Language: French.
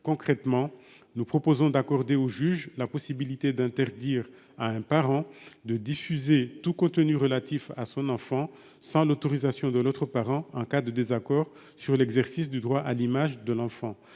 Concrètement, nous proposons d'accorder au juge la possibilité d'interdire à un parent de diffuser tout contenu relatif à son enfant, sans l'autorisation de l'autre parent en cas de désaccord sur l'exercice du droit à l'image de l'enfant.